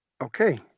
Okay